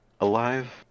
Alive